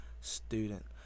student